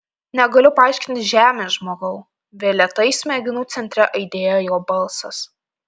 negaliu paaiškinti žemės žmogau vėl lėtai smegenų centre aidėjo jo balsas